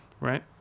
Right